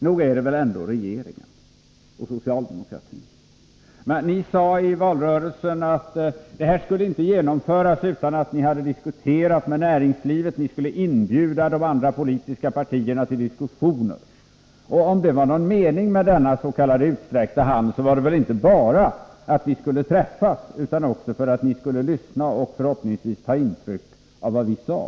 Nog är det väl ändå regeringen och socialdemokratin. Ni sade i valrörelsen att det här systemet inte skulle genomföras utan att ni hade diskuterat med näringslivet. Ni skulle inbjuda de andra politiska partierna till diskussion. Om det var någon mening med denna s.k. utsträckta hand, var det väl att ni skulle lyssna och förhoppningsvis ta intryck av vad vi sade.